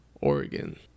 oregon